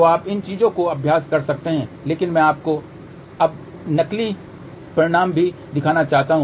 तो आप इन चीजों का अभ्यास कर सकते हैं लेकिन मैं आपको अब नकली परिणाम भी दिखाना चाहता हूं